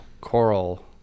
Coral